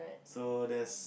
so that's